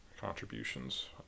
contributions